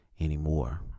anymore